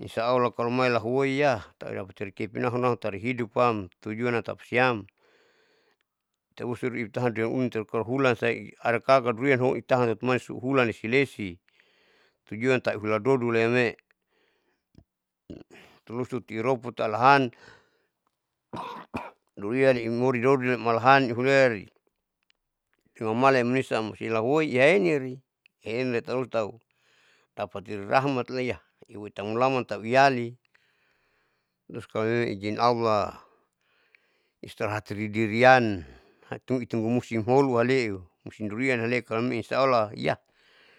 insyaallah kalumai lahuoin taelalikepin nahun tarihuidup am tutujuan natapasiam tarusuri itahan untotohulansai adakala kalo durian houn tahan totomai ihulan ilesilesi, tujuan tauhuladodol ame terus iroput alahan durian imori dodol malahan ihurea iseumala nimusisa am ahuoi ihaen amori ehem letaun tau dapati rahmat leya uitan mulaman tau iyali terus kalomemang ijin allah istirahat idiriam hamtungu tungu musim holuam leu musim durianhale kalomemang insyaallah ya.